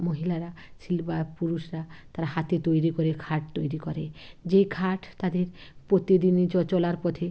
মহিলারা শিল্প আর পুরুষরা তারা হাতে তৈরি করে খাট তৈরি করে যে খাট তাদের প্রতিদিনে চলার পথে